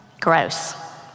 Gross